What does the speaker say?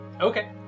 Okay